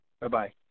Bye-bye